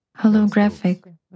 Holographic